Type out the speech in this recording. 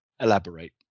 elaborate